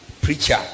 preacher